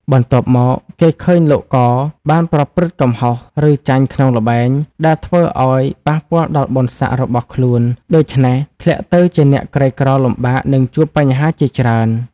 បន្ទាប់មក គេឃើញលោក ក បានប្រព្រឹត្តកំហុស ឬចាញ់ក្នុងល្បែង ដែលធ្វើអោយប៉ះពាល់ដល់បុណ្យស័ក្តិរបស់ខ្លួន ដូច្នេះធ្លាក់ទៅជាអ្នកក្រីក្រលំបាក និងជួបបញ្ហាជាច្រើន។